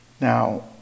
Now